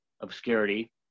obscurity